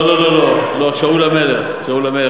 לא, לא, לא, לא, את שאול המלך, שאול המלך.